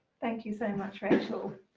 thank you so much rachel.